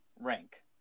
rank